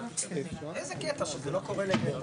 יש לכם הערה ספציפית או שזו הייתה הערה כללית?